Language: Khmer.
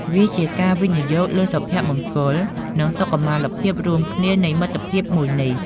វាជាការវិនិយោគលើសុភមង្គល និងសុខុមាលភាពរួមគ្នានៃមិត្តភាពមួយនេះ។